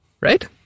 Right